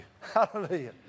Hallelujah